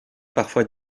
parfois